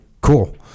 cool